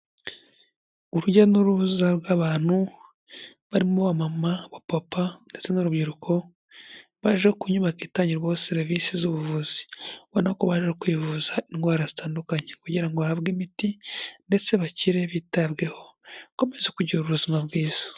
Urujya n'uruza rw'abantu, barimo abamama, abapapa ndetse n'urubyiruko, baje ku nyubako itangirwamo serivisi z'ubuvuzi, ubona ko baje kwivuza indwara zitandukanye kugira ngo bahabwe imiti ndetse bakire bitabweho, bakomeza kugira ubuzima bwiza.